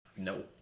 No